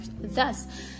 thus